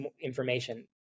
information